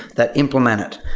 that implement it.